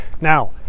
Now